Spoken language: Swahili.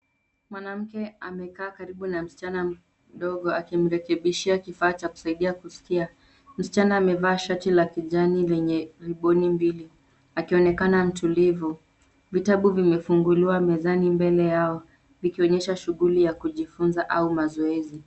Mwanamke amekaa karibu na msichana mdogo akimrekebishia kifaa cha kusaidia kuskia. Msichana amevaa shati la kijani lenye riboni mbili akionekana mtulivu. Vitabu vimefunguliwa mezani mbele yao vikionyesha shughuli ya kujifunza au mazoezi.